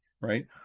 Right